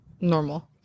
normal